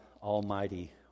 Almighty